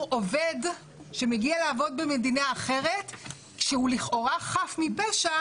עובד שמגיע לעבוד במדינה אחרת שהוא לכאורה חף מפשע